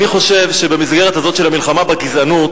אני חושב שבמסגרת הזאת של המלחמה בגזענות